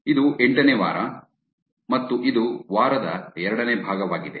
ಇದು ಎಂಟನೇ ವಾರ ಮತ್ತು ಇದು ವಾರದ ಎರಡನೇ ಭಾಗವಾಗಿದೆ